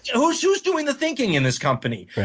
and who's who's doing the thinking in this company?